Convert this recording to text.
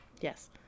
Yes